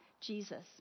Jesus